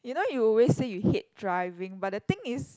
you know you always say you hate driving but the thing is